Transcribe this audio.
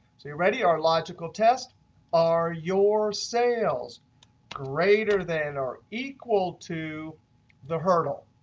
so you ready? our logical test are your sales greater than or equal to the hurdle?